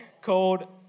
Called